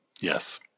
Yes